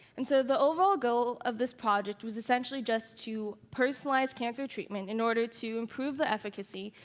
and so, the overall goal of this project was essentially just to personalize cancer treatment in order to improve the efficacy,